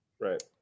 Right